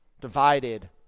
divided